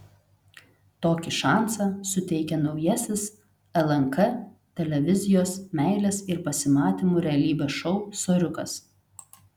tokį šansą suteikia naujasis lnk televizijos meilės ir pasimatymų realybės šou soriukas